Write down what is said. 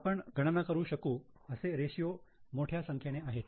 आपण गणना करू शकू असे रेषीयो मोठ्या संख्येने आहेत